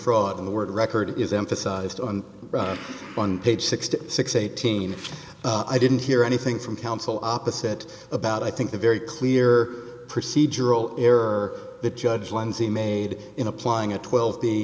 fraud in the world record is emphasized on one page sixty six eighteen i didn't hear anything from counsel opposite about i think the very clear procedural error that judge lenzie made in applying a twelve the